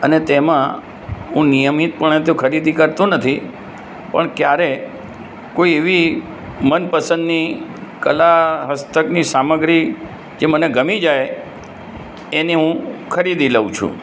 અને તેમાં હું નિયમિતપણે તો ખરીદી કરતો નથી પણ ક્યારેક કોઈ એવી મનપસંદની કલા હસ્તકની સામગ્રી જે મને ગમી જાય એને હું ખરીદી લઉં છું